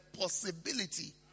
possibility